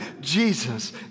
Jesus